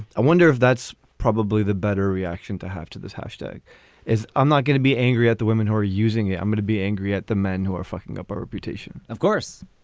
i wonder if that's probably the better reaction to have to this hashtag is i'm not going to be angry at the women who are using it. i'm going to be angry at the men who are fucking up our reputation. of course,